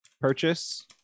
purchase